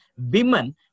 women